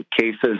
cases